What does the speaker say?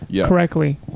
correctly